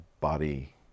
body